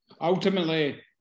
ultimately